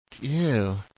Ew